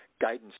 guidance